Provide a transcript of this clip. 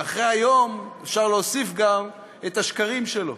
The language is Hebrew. ואחרי היום אפשר להוסיף גם את השקרים שלו.